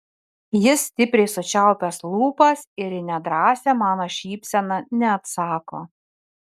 jis stipriai sučiaupęs lūpas ir į nedrąsią mano šypseną neatsako